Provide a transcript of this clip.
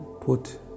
put